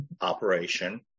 Operation